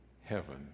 heaven